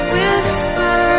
Whisper